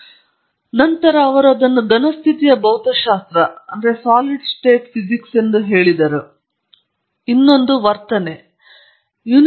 ಆದರೆ ನಂತರ ಅವರು ಅದನ್ನು ಘನ ಸ್ಥಿತಿಯ ಭೌತಶಾಸ್ತ್ರ ಗುಂಪು ಎಂದು ಕರೆದರು ನಂತರ ಅವರು ತಮ್ಮ ಸಿಂಕ್ ಅನ್ನು ಕಳೆದುಕೊಂಡರು ಏಕೆಂದರೆ ಈಗ ನಿಮಗೆ ವೀಸಾ ಅಗತ್ಯವಿದೆ